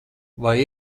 vai